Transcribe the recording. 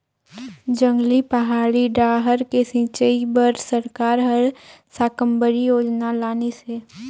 जंगली, पहाड़ी डाहर के सिंचई बर सरकार हर साकम्बरी योजना लानिस हे